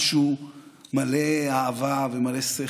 משהו מלא אהבה ומלא שכל.